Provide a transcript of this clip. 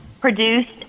produced